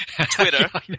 Twitter